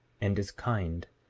and is kind,